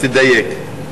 אז תדייק.